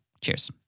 Cheers